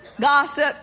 gossip